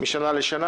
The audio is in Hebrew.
משנה לשנה.